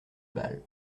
bal